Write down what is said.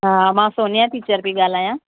हा मां सोनिया टीचर पई ॻाल्हायां